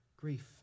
Grief